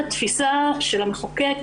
התפיסה של המחוקק,